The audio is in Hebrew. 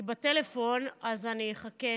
היא בטלפון, אז אני אחכה.